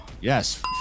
Yes